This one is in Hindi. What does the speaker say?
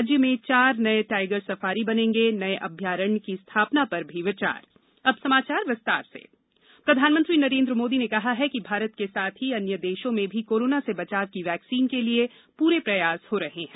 राज्य में चार नए टाइगर सफारी बनेंगे नए अभ्यारण्य की स्थापना पर भी विचार प्रधानमंत्री वैक्सीन प्रधानमंत्री नरेन्द्र मोदी ने कहा है कि भारत के साथ ही अन्य देशों में भी कोरोना से बचाव की वैक्सीन के लिए पूरे प्रयास हो रहे हैं